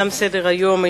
תם סדר-היום.